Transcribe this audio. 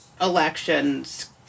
elections